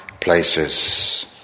places